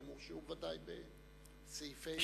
אבל הם הורשעו בוודאי בסעיפים אחרים.